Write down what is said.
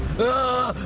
the